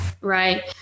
Right